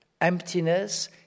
emptiness